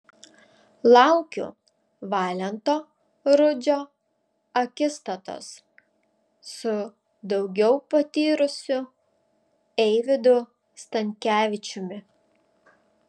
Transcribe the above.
laukiu valento rudžio akistatos su daugiau patyrusiu eivydu stankevičiumi